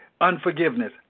Unforgiveness